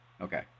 Okay